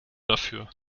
dafür